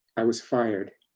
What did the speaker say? i was fired.